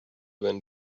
when